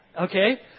okay